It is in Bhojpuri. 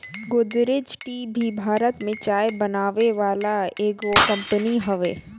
गोदरेज टी भी भारत में चाय बनावे वाला एगो कंपनी हवे